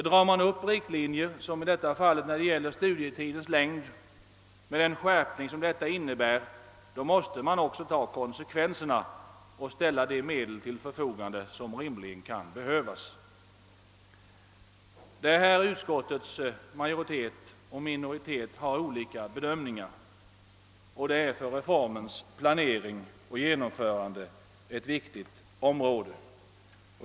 Drar man upp riktlinjer när det gäller studietidens längd med den skärpning som detta innebär, måste man också ta konsekvenserna och ställa till förfogande de medel som rimligen kan behövas. Utskottets majoritet och minoritet har olika uppfattningar beträffande denna för reformens planering och genomförande viktiga sak.